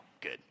good